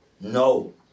No